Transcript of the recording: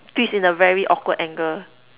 twist in a very awkward angle